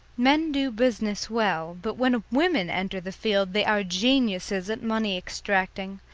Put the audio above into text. men do business well, but when women enter the field they are geniuses at money extracting.